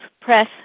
press